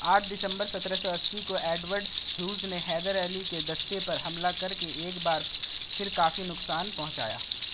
آٹھ دسمبر سترہ سو اسی کو نے حیدر علی کے دستے پر حملہ کر کے ایک بار پھر کافی نقصان پہنچایا